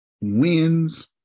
Wins